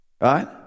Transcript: right